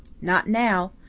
not now.